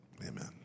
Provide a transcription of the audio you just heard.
amen